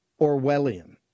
Orwellian